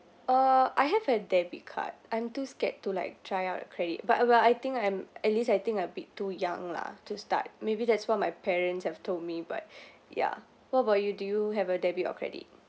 uh I have a debit card I'm too scared to like try out a credit but but I think I'm at least I think a bit too young lah to start maybe that's what my parents have told me but ya what about you do you have a debit or credit